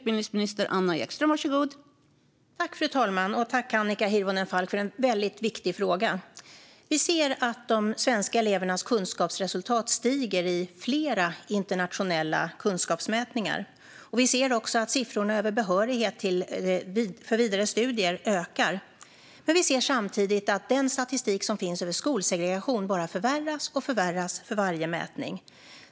Fru talman! Tack, Annika Hirvonen, för en väldigt viktig fråga! Vi ser att de svenska elevernas kunskapsresultat stiger i flera internationella kunskapsmätningar. Vi ser också att siffrorna över behörighet för vidare studier ökar. Men vi ser samtidigt att den statistik som finns över skolsegregation bara förvärras för varje mätning.